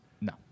No